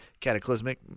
cataclysmic